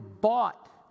bought